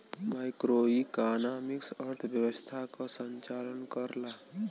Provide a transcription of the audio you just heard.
macroeconomics अर्थव्यवस्था क संचालन करला